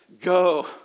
go